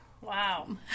wow